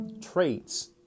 traits